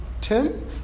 Tim